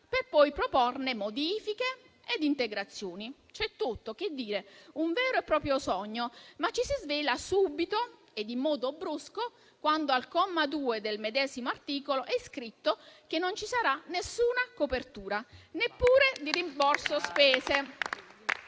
per poi proporne modifiche ed integrazioni. C'è tutto, che dire? Un vero e proprio sogno. Ma ci si sveglia subito - e in modo brusco - quando al comma 2 del medesimo articolo è scritto che non ci sarà alcuna copertura, neppure un rimborso spese.